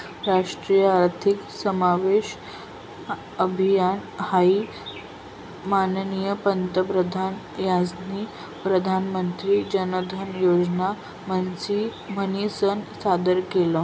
राष्ट्रीय आर्थिक समावेशन अभियान हाई माननीय पंतप्रधान यास्नी प्रधानमंत्री जनधन योजना म्हनीसन सादर कर